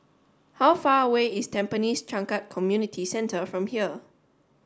how far away is Tampines Changkat Community Centre from here